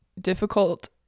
difficult